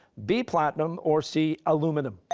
b platinum, or c aluminum?